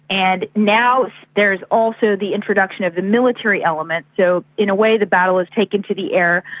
and now there is also the introduction of the military element. so in a way the battle has taken to the air,